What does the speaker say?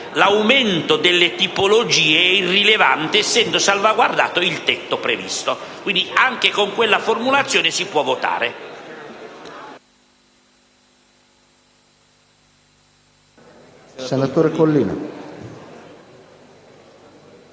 l’aumento delle tipologie e irrilevante, essendo salvaguardato il tetto previsto. Quindi, anche con quella formulazione si puo` votare.